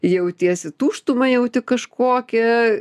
jautiesi tuštumą jauti kažkokią